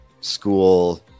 school